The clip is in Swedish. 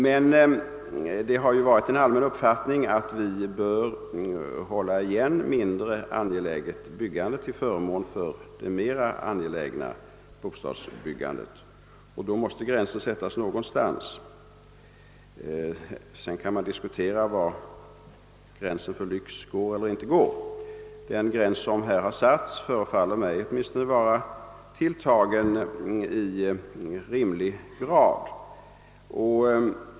Men det är en allmän uppfattning att vi bör hålla igen mindre angeläget byggande till förmån för det mera angelägna bostadsbyggandet. Gränsen måste då sättas någonstans. Sedan kan man diskutera var gränsen för lyx går. Den gräns som satts förefaller åtminstone mig vara rimligt tilltagen.